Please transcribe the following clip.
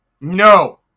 No